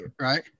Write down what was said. right